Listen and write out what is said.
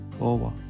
over